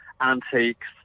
antiques